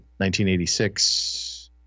1986